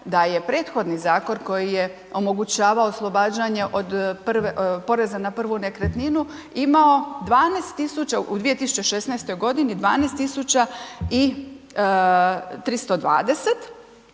da se prethodni zakon koji je omogućava oslobađanje od poreza na prvu nekretninu, imao 12.000 u 2016. godini 12.000